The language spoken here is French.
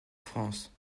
france